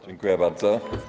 Dziękuję bardzo.